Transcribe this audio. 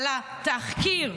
על התחקיר.